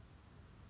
ya